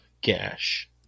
Gash